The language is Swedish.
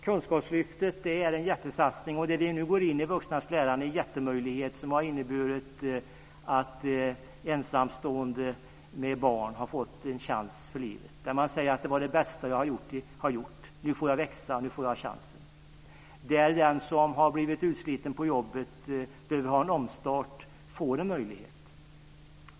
Kunskapslyftet är en jättesatsning, där vi nu går in i vuxnas lärande. Det är en jättemöjlighet som har inneburit att ensamstående med barn har fått en chans för livet. De säger: Det var det bästa jag har gjort. Nu får jag växa. Nu får jag chansen. Den som har blivit utsliten på jobbet och behöver en omstart får en möjlighet.